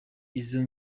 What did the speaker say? izo